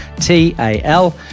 T-A-L